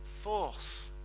force